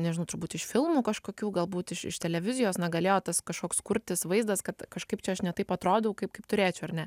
nežinau turbūt iš filmų kažkokių galbūt iš iš televizijos negalėjo tas kažkoks kurtis vaizdas kad kažkaip čia aš ne taip atrodau kaip kaip turėčiau ar ne